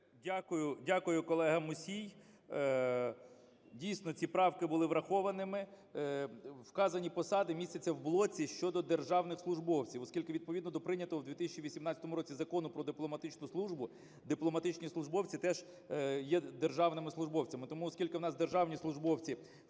Дякую, колега Мусій. Дійсно, ці правки були врахованими. Вказані посади містяться у блоці щодо державних службовців, оскільки відповідно до прийнятого у 2018 році Закону "Про дипломатичну службу", дипломатичні службовці теж є державними службовцями. Тому, оскільки у нас державні службовці